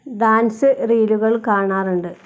dance റീലുകൾ കാണാറുണ്ട്